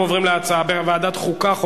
אנחנו עוברים להצעה הבאה,